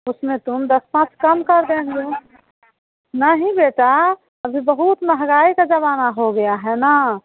उसमें तुम दस पाँच कम कर देंगे नहीं बेटा अभी बहुत महंगाई का ज़माना हो गया है न